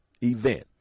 event